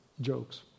jokes